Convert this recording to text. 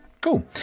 Cool